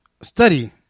study